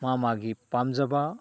ꯃꯥꯒꯤ ꯃꯥꯒꯤ ꯄꯥꯝꯖꯕ